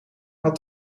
had